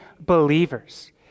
believers